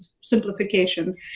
simplification